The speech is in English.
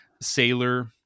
sailor